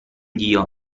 dio